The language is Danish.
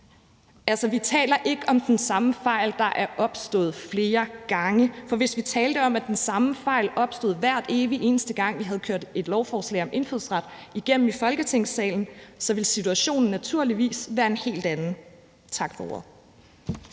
Vi taler ikke om, at den samme fejl er opstået flere gange, for hvis vi talte om, at den samme fejl opstod, hver evig eneste gang vi havde kørt et lovforslag om indfødsret igennem i Folketingssalen, ville situationen naturligvis være en helt anden. Tak for ordet.